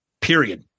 period